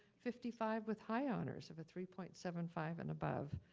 fifty five with high honors of a three point seven five and above.